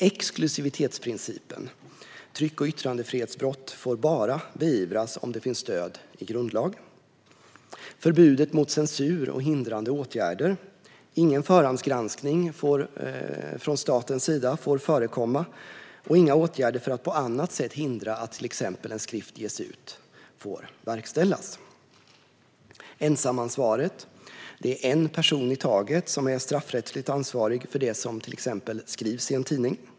Exklusivitetsprincipen innebär att tryck och yttrandefrihetsbrott får beivras bara om det finns stöd i grundlagen. Förbudet mot censur och hindrande åtgärder innebär att det inte får förekomma någon förhandsgranskning från statens sida. Inga andra åtgärder för att på annat sätt hindra att en skrift ges ut får verkställas. Ensamansvaret innebär att en person i taget som är straffrättsligt ansvarig för det som skrivs i en tidning.